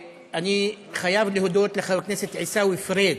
אני חייב להודות לחבר הכנסת עיסאווי פריג',